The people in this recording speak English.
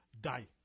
die